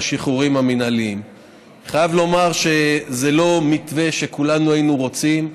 אני חייב לומר שזה לא מתווה שכולנו היינו רוצים.